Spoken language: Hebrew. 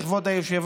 מגלה?